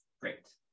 Great